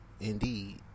Indeed